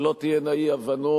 שלא תהיינה אי-הבנות,